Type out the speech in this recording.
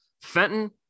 Fenton